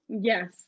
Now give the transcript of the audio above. Yes